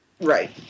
Right